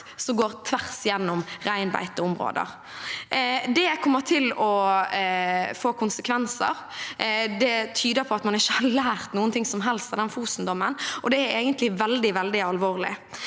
som går tvers gjennom reinbeiteområder. Det kommer til å få konsekvenser. Det tyder på at man ikke har lært noe av Fosen-dommen, og det er egentlig veldig alvorlig.